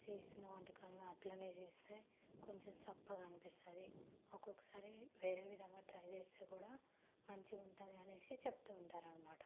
చేసిన వంటకాలని అలానే చేస్తే కొంచెం చప్పగా అనిపిస్తుంది ఒక్కొక్కసారి వేరే విధంగా ట్రై చేస్తే కూడా మంచిగా ఉంటుంది అనేసి చెప్తూ ఉంటారన్నమాట